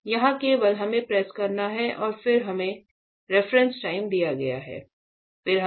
यहाँ केवल हमें प्रेस करना है और फिर हमें